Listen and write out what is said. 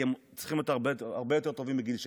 כי הם צריכים להיות הרבה יותר טובים בגיל 16,